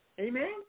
Amen